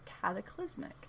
cataclysmic